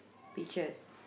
peaches